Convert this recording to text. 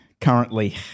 currently